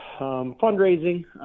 fundraising